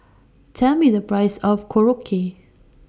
Tell Me The Price of Korokke